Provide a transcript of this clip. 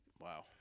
Wow